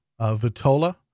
Vitola